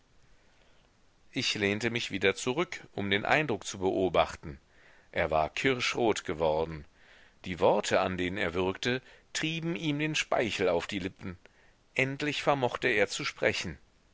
ich lehnte mich wieder zurück um den eindruck zu beobachten er war kirschrot geworden die worte an denen er würgte trieben ihm den speichel auf die lippen endlich vermochte er zu sprechen